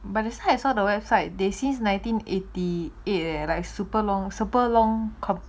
but this time I saw the website they since nineteen eighty eight leh like super long super long